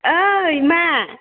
ओइ मा